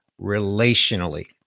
relationally